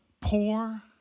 poor